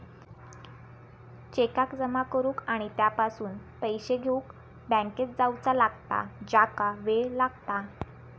चेकाक जमा करुक आणि त्यापासून पैशे घेउक बँकेत जावचा लागता ज्याका वेळ लागता